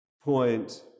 point